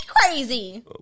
crazy